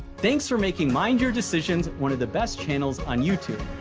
thanks for making mind your decisions one of the best channels on youtube.